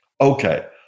Okay